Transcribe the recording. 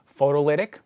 photolytic